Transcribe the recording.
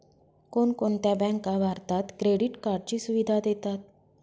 कोणकोणत्या बँका भारतात क्रेडिट कार्डची सुविधा देतात?